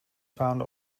found